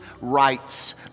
rights